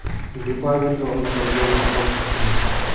డిపాజిట్లు లు వల్ల కలిగే లాభాలు సెప్పండి?